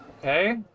Okay